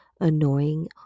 annoying